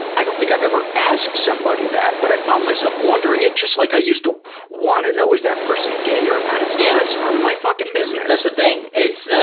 i don't think i've ever asked somebody that, but i found myself wondering it, just like i used to want to know, is that person gay or not. it's yeah it's none of my fucking business. that's the thing. it's,